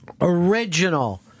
original